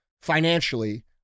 financially